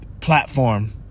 platform